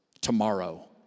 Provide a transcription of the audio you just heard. tomorrow